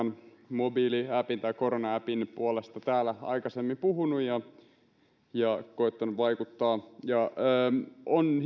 mobiiliäpin koronaäpin puolesta täällä aikaisemmin puhunut ja koettanut vaikuttaa on